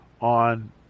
on